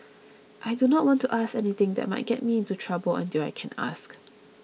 I do not want to ask anything that might get me into trouble until I can ask